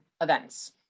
events